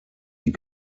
die